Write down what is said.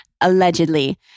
Allegedly